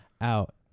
out